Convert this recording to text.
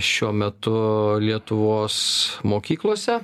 šiuo metu lietuvos mokyklose